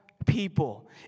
people